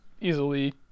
easily